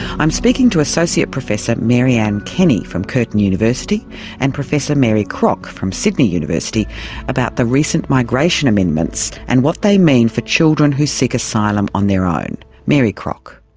i'm speaking to associate professor mary anne kenny from curtin university and professor mary crock from sydney university about the recent migration amendments and what they mean for children who seek asylum on their own. mary crock.